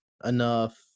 enough